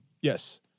Yes